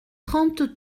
trente